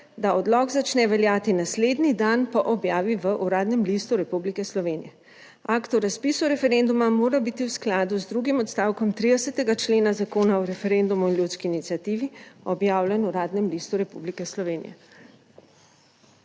da odlok začne veljati naslednji dan po objavi v Uradnem listu Republike Slovenije. Akt o razpisu referenduma mora biti v skladu z drugim odstavkom 30. člena Zakona o referendumu in ljudski iniciativi objavljen v Uradnem listu Republike Slovenije.